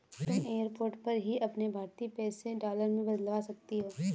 तुम एयरपोर्ट पर ही अपने भारतीय पैसे डॉलर में बदलवा सकती हो